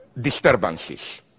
disturbances